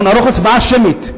אנחנו נערוך הצבעה שמית.